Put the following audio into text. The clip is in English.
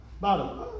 Bottom